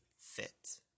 fit